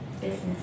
business